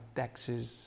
taxes